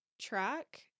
track